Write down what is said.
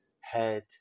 head